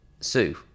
Sue